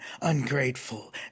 ungrateful